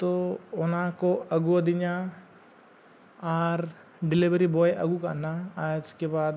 ᱛᱚ ᱚᱱᱟᱠᱚ ᱟᱹᱜᱩᱣᱟᱫᱤᱧᱟ ᱟᱨ ᱰᱮᱞᱤᱵᱷᱟᱨᱤ ᱵᱚᱭ ᱟᱹᱜᱩ ᱠᱟᱫ ᱱᱟ ᱮᱥᱠᱮ ᱵᱟᱫᱽ